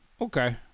Okay